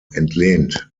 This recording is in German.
entlehnt